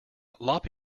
lop